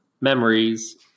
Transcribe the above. memories